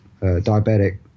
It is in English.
diabetic